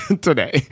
today